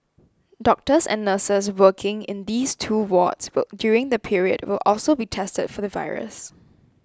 doctors and nurses working in those two wards during the period will also be tested for the virus